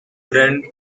brand